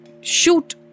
shoot